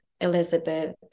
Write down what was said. Elizabeth